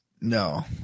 No